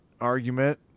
argument